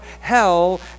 hell